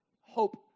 hope